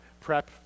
prep